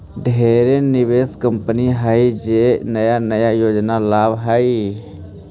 ढेरे निवेश कंपनी हइ जे नया नया योजना लावऽ हइ